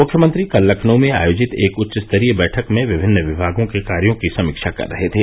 मुख्यमंत्री कल लखनऊ में आयोजित एक उच्चस्तरीय बैठक में विमिन्न विभागों के कार्यो की समीक्षा कर रहे थे